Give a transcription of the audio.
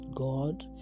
God